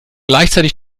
gleichzeitig